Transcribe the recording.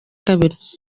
kabiri